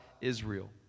Israel